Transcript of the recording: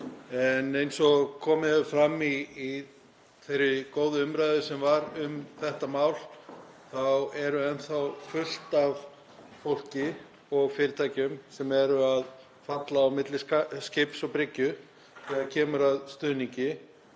en eins og komið hefur fram í þeirri góðu umræðu sem var um þetta mál þá er enn þá fullt af fólki og fyrirtækjum sem er að falla á milli skips og bryggju þegar kemur að stuðningi.